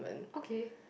okay